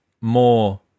more